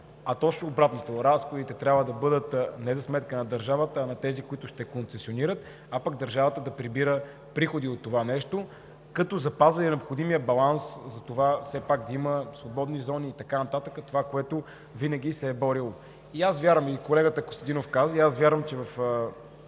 Точно обратното – разходите трябва да бъдат не за сметка на държавата, а за тези, които ще концесионират, а пък държавата да прибира приходи от това нещо, като запазва и необходимия баланс, все пак да има свободни зони и така нататък – това, за което винаги се е борила. Колегата Костадинов каза и аз вярвам, че в